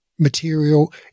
material